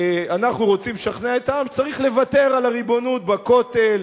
אנחנו רוצים לשכנע את העם שצריך לוותר על הריבונות בכותל.